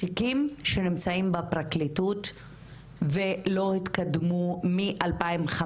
תיקים שנמצאים בפרקליטות ולא התקדמו מ-2015.